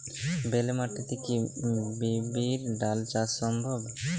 বেলে মাটিতে কি বিরির ডাল চাষ সম্ভব?